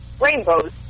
rainbows